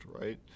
right